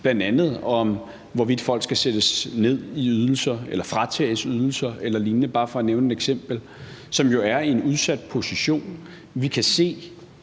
bl.a. om, hvorvidt folk skal sættes ned i ydelser eller fratages ydelser eller lignende – for bare at nævne et eksempel – som jo er i en udsat position. Vi kan se,